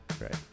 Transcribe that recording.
Right